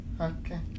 Okay